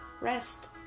rest